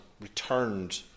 returned